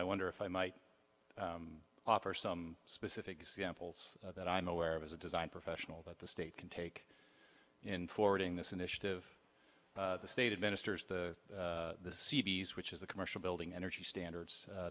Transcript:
i wonder if i might offer some specific examples that i'm aware of as a design professional that the state can take in forwarding this initiative the state administers the c b s which is a commercial building energy standards